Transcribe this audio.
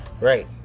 Right